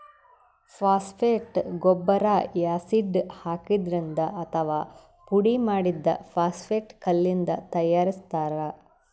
phosphate ಗೊಬ್ಬರ್ acid ಹಾಕಿದ್ರಿಂದ್ ಅಥವಾ ಪುಡಿಮಾಡಿದ್ದ್ ಫಾಸ್ಫೇಟ್ ಕಲ್ಲಿಂದ್ ತಯಾರಿಸ್ತಾರ್